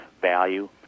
value